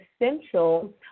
essential